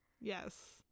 yes